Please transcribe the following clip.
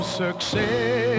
success